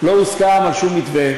לא הוסכם על שום מתווה,